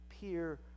peer